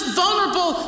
vulnerable